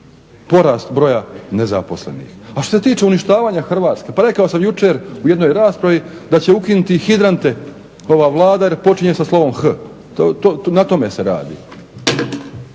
porast broja nezaposlenih a što se tiče uništavanja Hrvatske pa rekao sam jučer u jednoj raspravi da će ukinuti hidrante ova Vlada jer počinje sa slovom h, na tome se radi.